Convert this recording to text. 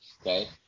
Okay